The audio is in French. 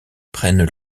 prennent